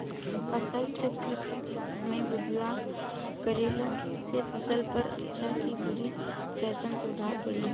फसल चक्र मे बदलाव करला से फसल पर अच्छा की बुरा कैसन प्रभाव पड़ी?